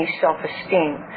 self-esteem